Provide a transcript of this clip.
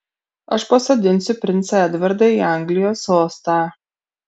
aš pasodinsiu princą edvardą į anglijos sostą